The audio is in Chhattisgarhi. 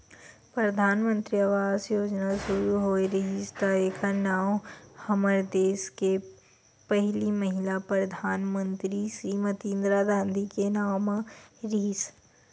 परधानमंतरी आवास योजना सुरू होए रिहिस त एखर नांव हमर देस के पहिली महिला परधानमंतरी श्रीमती इंदिरा गांधी के नांव म रिहिस